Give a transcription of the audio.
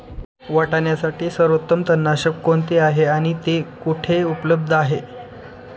वाटाण्यासाठी सर्वोत्तम तणनाशक कोणते आहे आणि ते कुठे उपलब्ध आहे?